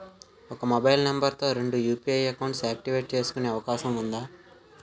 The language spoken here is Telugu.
ఒక మొబైల్ నంబర్ తో రెండు యు.పి.ఐ అకౌంట్స్ యాక్టివేట్ చేసుకునే అవకాశం వుందా?